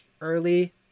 early